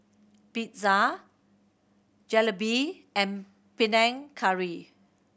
Pizza Jalebi and Panang Curry